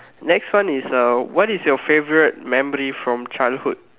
next one is uh what is your favourite memory from childhood